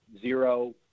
zero